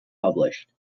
published